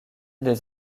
des